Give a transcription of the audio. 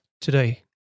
today